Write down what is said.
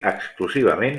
exclusivament